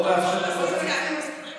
אתה רוצה, אני רוצה תשובות ולא,